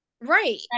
Right